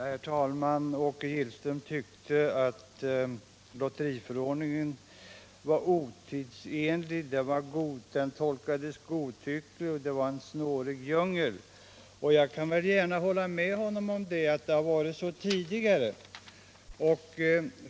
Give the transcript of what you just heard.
Herr talman! Åke Gillström tycker att lotteriförordningen är otidsenlig. Den tolkas godtyckligt och den är en snårig djungel. Jag kan gärna hålla med honom om att det har varit så tidigare.